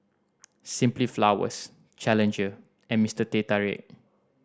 Simply Flowers Challenger and Mister Teh Tarik